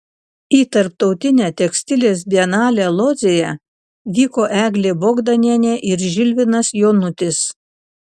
į tarptautinę tekstilės bienalę lodzėje vyko eglė bogdanienė ir žilvinas jonutis